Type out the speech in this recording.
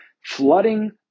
flooding